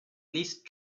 least